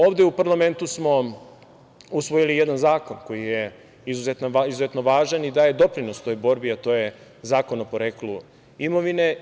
Ovde u parlamentu smo usvojili jedan zakon koji je izuzetno važan i koji daje doprinos toj borbi, a to je Zakon o poreklu imovine.